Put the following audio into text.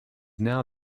now